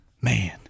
man